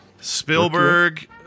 Spielberg